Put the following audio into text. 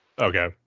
Okay